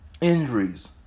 injuries